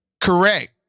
Correct